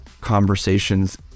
conversations